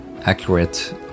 accurate